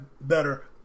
better